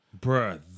Bro